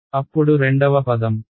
అప్పుడు రెండవ పదం 0hx dx